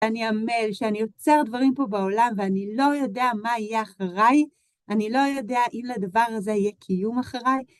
אני עמל, שאני יוצר דברים פה בעולם ואני לא יודע מה יהיה אחריי, אני לא יודע אם לדבר הזה יהיה קיום אחריי.